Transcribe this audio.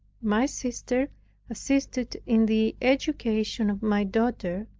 my sister assisted in the education of my daughter,